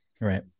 right